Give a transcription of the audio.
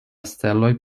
steloj